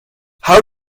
how